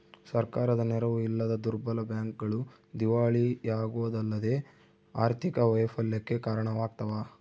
ಸರ್ಕಾರದ ನೆರವು ಇಲ್ಲದ ದುರ್ಬಲ ಬ್ಯಾಂಕ್ಗಳು ದಿವಾಳಿಯಾಗೋದಲ್ಲದೆ ಆರ್ಥಿಕ ವೈಫಲ್ಯಕ್ಕೆ ಕಾರಣವಾಗ್ತವ